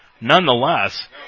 nonetheless